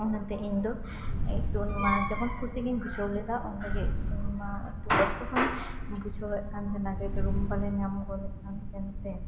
ᱚᱱᱟ ᱛᱮ ᱤᱧ ᱫᱚ ᱡᱚᱠᱷᱚᱱ ᱠᱩᱥᱤ ᱜᱤᱧ ᱵᱩᱡᱷᱟᱹᱣ ᱞᱮᱫᱟ ᱩᱱ ᱨᱮᱜᱮ ᱚᱱᱟ ᱮᱠᱴᱩ ᱵᱩᱡᱷᱟᱹᱭᱮᱜ ᱠᱟᱱ ᱛᱟᱦᱮᱸᱱᱟ ᱨᱩᱢ ᱵᱟᱞᱮ ᱧᱟᱢ ᱜᱚᱫ ᱮᱫ ᱛᱟᱦᱮᱸᱱ ᱛᱮ